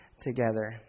together